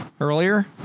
earlier